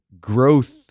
growth